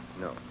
no